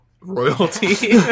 royalty